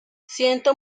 siento